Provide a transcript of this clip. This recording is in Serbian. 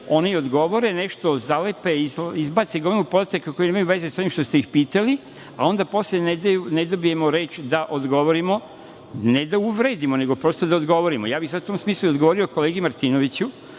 oni odgovore nešto zalepe, izbace, kako ima veze sa ovim što ste ih pitali, a posle ne dobijemo reč da odgovorimo, ne da uvredimo nego prosto da odgovorimo. Sada bih u tom smislu odgovorio kolegi Martinoviću